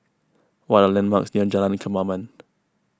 what are the landmarks near Jalan Kemaman